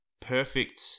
perfect